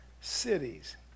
cities